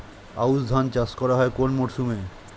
আউশ ধান চাষ করা হয় কোন মরশুমে?